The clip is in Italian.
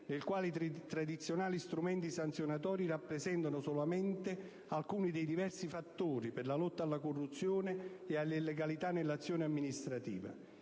nel quale i tradizionali strumenti sanzionatori rappresentano solamente alcuni dei diversi fattori per la lotta alla corruzione e all'illegalità nell'azione amministrativa.